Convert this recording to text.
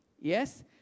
Yes